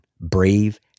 brave